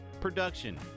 production